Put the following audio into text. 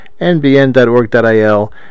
nbn.org.il